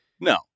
No